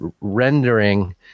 rendering –